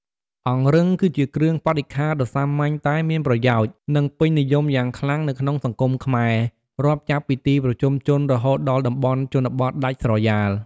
អង្រឹង គឺជាគ្រឿងបរិក្ខារដ៏សាមញ្ញតែមានប្រយោជន៍ និងពេញនិយមយ៉ាងខ្លាំងនៅក្នុងសង្គមខ្មែរ រាប់ចាប់ពីទីប្រជុំជនរហូតដល់តំបន់ជនបទដាច់ស្រយាល។